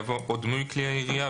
יבוא "או דמוי כלי ירייה",